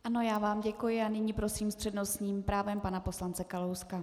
Ano, já vám děkuji a nyní prosím s přednostním právem pana poslance Kalouska.